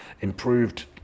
improved